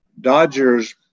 Dodgers